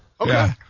Okay